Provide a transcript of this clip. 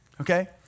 Okay